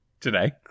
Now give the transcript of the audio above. today